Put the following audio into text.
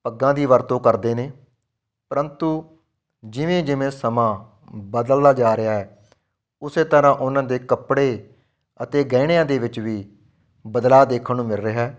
ਪੱਗਾਂ ਦੀ ਵਰਤੋਂ ਕਰਦੇ ਨੇ ਪ੍ਰੰਤੂ ਜਿਵੇਂ ਜਿਵੇਂ ਸਮਾਂ ਬਦਲਦਾ ਜਾ ਰਿਹਾ ਹੈ ਉਸੇ ਤਰ੍ਹਾਂ ਉਹਨਾਂ ਦੇ ਕੱਪੜੇ ਅਤੇ ਗਹਿਣਿਆਂ ਦੇ ਵਿੱਚ ਵੀ ਬਦਲਾਅ ਦੇਖਣ ਨੂੰ ਮਿਲ ਰਿਹਾ